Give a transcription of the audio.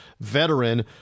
veteran